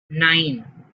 nine